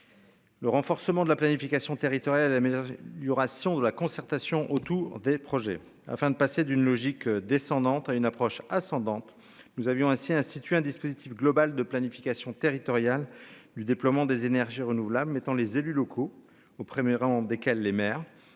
Le renforcement de la planification territoriale. Du ration de la concertation autour des projets afin de passer d'une logique descendante à une approche ascendante, nous avions ainsi instituer un dispositif global de planification territoriale du déploiement des énergies renouvelables, mettant les élus locaux, au 1er rang desquels les maires